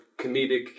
comedic